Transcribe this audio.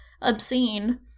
obscene